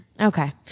Okay